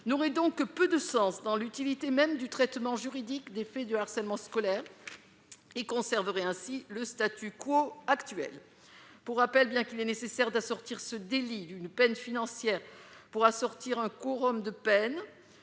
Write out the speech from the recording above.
n'aurait donc que peu de sens dans l'utilité même du traitement juridique des faits de harcèlement scolaire il conserverait ainsi le statu quo actuel, pour rappel, bien qu'il est nécessaire d'assortir ce délit d'une peine financière pourra sortir un quorum de peine,